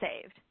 saved